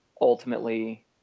ultimately